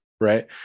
right